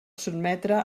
sotmetre